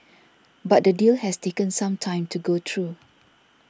but the deal has taken some time to go true